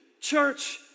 Church